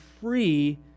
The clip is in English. free